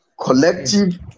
Collective